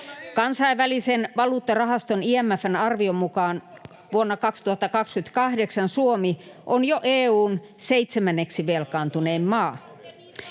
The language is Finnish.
Kansainvälisen valuuttarahaston, IMF:n, arvion mukaan vuonna 2028 Suomi on jo EU:n 7. velkaantunein maa.